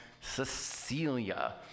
Cecilia